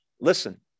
Listen